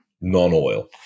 non-oil